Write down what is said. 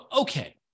okay